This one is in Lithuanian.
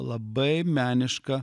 labai meniška